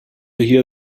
hear